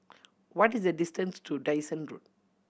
what is the distance to Dyson Road